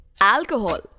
Alcohol